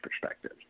perspective